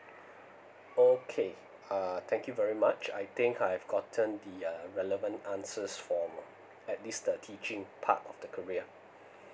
okay uh thank you very much I think I've gotten the uh relevant answers from at least the teaching part of the career